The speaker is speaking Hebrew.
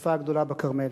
השרפה הגדולה בכרמל,